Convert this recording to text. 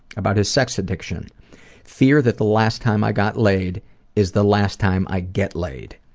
about his sex addiction fear that the last time i got laid is the last time i get laid.